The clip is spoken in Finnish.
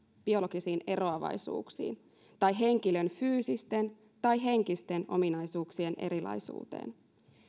biologisiin eroavaisuuksiin tai henkilön fyysisten tai henkisten ominaisuuksien erilaisuuteen